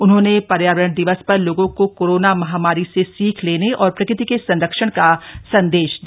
उन्होंने पर्यावरण दिवस पर लोगों को कोरोना महामारी से सीख लेने और प्रकृति के संरक्षण का संदेश दिया